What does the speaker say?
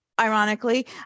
ironically